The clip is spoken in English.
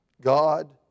God